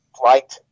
flight